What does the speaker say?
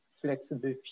flexible